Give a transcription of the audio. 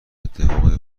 اتفاقی